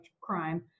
crime